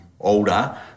older